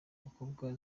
mukobwa